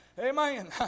Amen